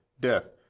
death